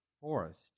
forest